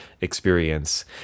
experience